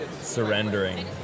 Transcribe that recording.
surrendering